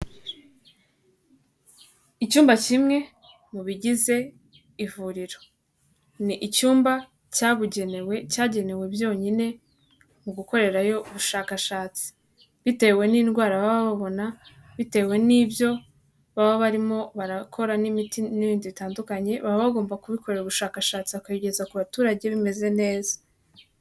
Icyumba kimwe mu bigize ivuriro, ni icyumba cyabugenewe cyagenewe byonyine mu gukorerayo ubushakashatsi, bitewe n'indwara baba babona, bitewe n'ibyo baba barimo barakora n'imiti n'ibindi bitandukanye, baba bagombakorera ubushakashatsi bakabigeza ku baturage bimeze neza.